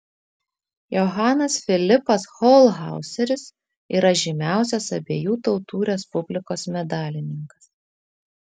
johanas filipas holchauseris yra žymiausias abiejų tautų respublikos medalininkas